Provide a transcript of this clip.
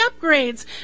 upgrades